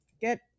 get